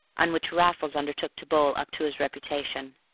on which raffles undertook to bowl up to his reputation.